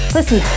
Listen